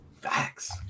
Facts